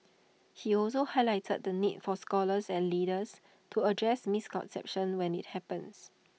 he also highlighted the need for scholars and leaders to address misconceptions when IT happens